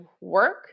work